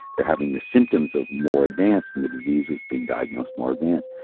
they're having the symptoms of more advanced and the disease was being diagnosed more advanced.